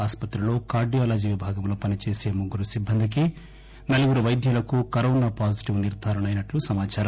ఆస్సత్రిలో cardiology విభాగంలో పనిచేసే ముగ్గురు సిబ్బందికి నలుగురు వైద్యులకు కరోనా పాజిటివ్ నిర్గరణ అయినట్టు సమాచారం